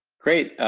great,